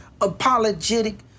apologetic